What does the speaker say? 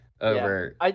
over